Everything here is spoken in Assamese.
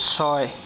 ছয়